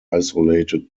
isolated